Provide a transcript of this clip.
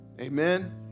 Amen